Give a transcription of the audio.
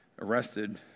arrested